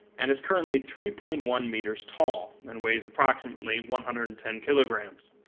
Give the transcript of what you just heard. and is currently three point one meters tall and weighs approximately one hundred and ten kilograms.